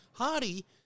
Hardy